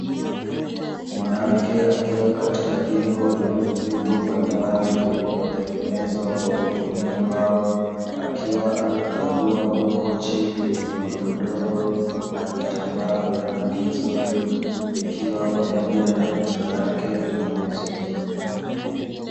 Mwanamke akiwa katika jengo lenye vitu mbalimbali vilivyotengenezwa kwa kutumia mbao, akiwa anakagua makochi yenye magodoro, na vitambaa vya rangi nzuri vikiwa pamoja na mito yake vinauzwa.